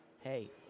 Hey